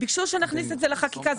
ביקשו שנכניס את זה לחקיקה.